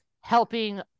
helping